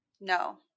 No